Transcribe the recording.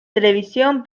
televisión